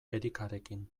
erikarekin